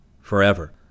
forever